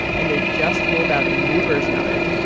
and they've just rolled out a new version of it,